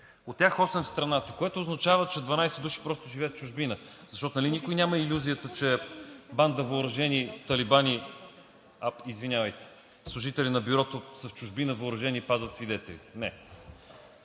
от тях осем в страната, което означава, че 12 души просто живеят в чужбина. Защото нали никой няма илюзията, че банда въоръжени талибани, извинявайте, служители на Бюрото в чужбина пазят свидетелите. Не,